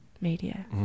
media